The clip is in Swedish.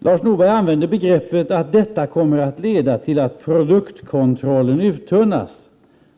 Lars Norberg sade att detta kommer att leda till att produktkontrollen uttunnas.